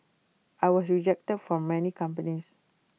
I was rejected from many companies